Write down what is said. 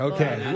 Okay